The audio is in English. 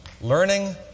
Learning